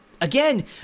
Again